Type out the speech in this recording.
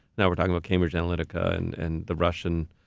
now we're talking about cambridge analytica and and the russian,